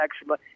extra